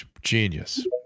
Genius